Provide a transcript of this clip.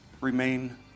remain